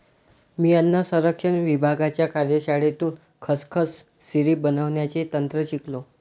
मी अन्न संरक्षण विभागाच्या कार्यशाळेतून खसखस सिरप बनवण्याचे तंत्र शिकलो